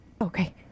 Okay